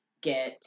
get